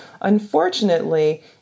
Unfortunately